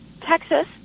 Texas